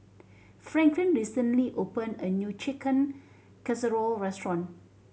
Franklin recently opened a new Chicken Casserole restaurant